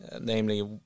namely